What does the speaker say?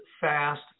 fast